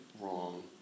wrong